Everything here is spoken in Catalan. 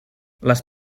les